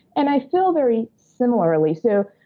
and i feel very similarly. so,